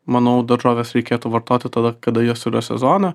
manau daržoves reikėtų vartoti tada kada jos yra sezone